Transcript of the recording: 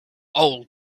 old